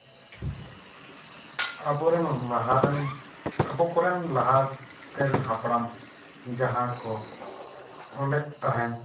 ᱟᱵᱚ ᱨᱮᱱ ᱞᱟᱦᱟ ᱨᱮᱱ ᱟᱵᱚ ᱠᱚᱨᱮᱱ ᱞᱟᱦᱟ ᱛᱮᱨᱮᱱ ᱦᱟᱯᱲᱟᱢ ᱡᱟᱦᱟᱸ ᱠᱚ ᱚᱞᱮᱫ ᱛᱟᱦᱮᱱ